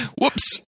Whoops